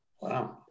Wow